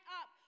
up